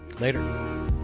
Later